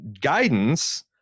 guidance